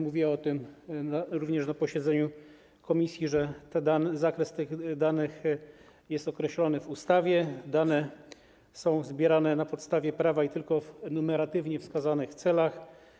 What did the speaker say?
Mówiła również na posiedzeniu komisji, że zakres tych danych jest określony w ustawie, dane są zbierane na podstawie prawa i tylko w enumeratywnie wskazanych celach.